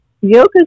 yoga